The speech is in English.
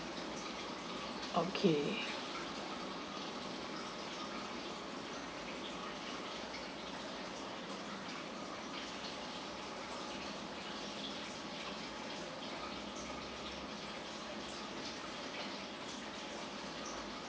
okay